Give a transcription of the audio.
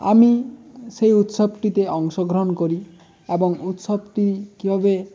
আমি সেই উৎসবটিতে অংশগ্রহণ করি এবং উৎসবটি কীভাবে